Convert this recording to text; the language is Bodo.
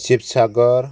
शिबसागर